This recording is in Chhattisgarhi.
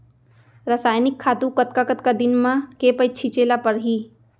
रसायनिक खातू कतका कतका दिन म, के पइत छिंचे ल परहि?